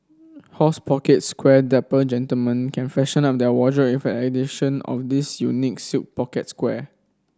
horse pocket square Dapper gentlemen can freshen up their wardrobe addition of this unique silk pocket square